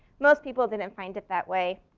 most people didn't and find it that way.